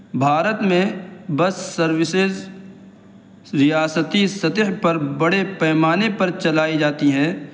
بھارت میں bus services ریاستی سطح پر بڑے پیمانے پر چلائی جاتی ہے